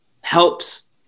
helps